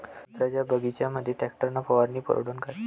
संत्र्याच्या बगीच्यामंदी टॅक्टर न फवारनी परवडन का?